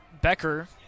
Becker